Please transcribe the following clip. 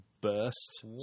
Burst